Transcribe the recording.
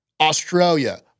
Australia